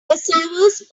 servers